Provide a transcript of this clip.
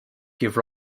give